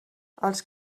els